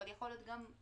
אבל גם יכול להיות שלא,